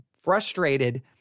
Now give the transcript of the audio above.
frustrated